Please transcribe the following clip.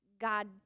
God